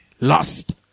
Lost